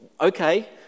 Okay